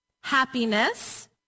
happiness